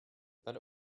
but